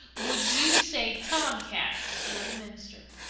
would you say tomcat before the minister?